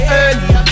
early